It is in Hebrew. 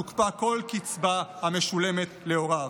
תוקפא כל קצבה המשולמת להוריו.